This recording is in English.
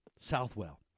Southwell